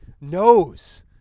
knows